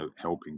helping